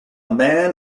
man